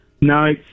No